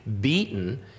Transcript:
beaten